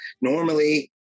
Normally